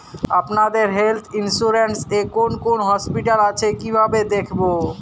আপনাদের health insurance এ কোন কোন হসপিটাল আছে কিভাবে দেখবো?